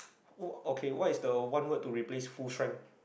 oh okay what is the one word to replace full strength